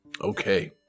okay